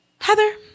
Heather